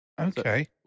Okay